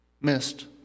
missed